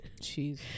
Jeez